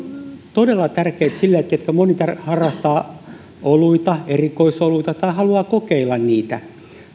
todella tärkeitä sillä moni harrastaa oluita erikoisoluita tai haluaa kokeilla niitä